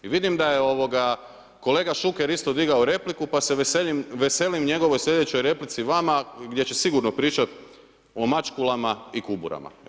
I vidim da je kolega Šuker isto digao repliku pa se veselim njegovoj sljedećoj replici vama gdje će sigurno pričat o mačkulama i kuburama.